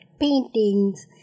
paintings